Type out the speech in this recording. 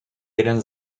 jeden